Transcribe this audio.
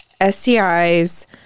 STIs